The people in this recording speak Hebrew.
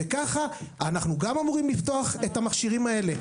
ככה אנחנו גם אמורים לפתוח את המכשירים האלה